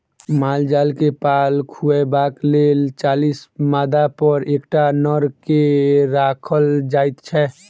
माल जाल के पाल खुअयबाक लेल चालीस मादापर एकटा नर के राखल जाइत छै